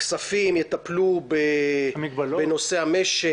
ועדת הכספים יטפלו בנושא המשק,